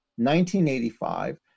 1985